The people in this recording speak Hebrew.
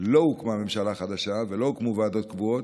לא הוקמה ממשלה חדשה ולא הוקמו ועדות קבועות,